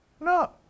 No